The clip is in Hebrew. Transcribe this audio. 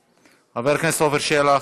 איננו, חבר הכנסת עפר שלח,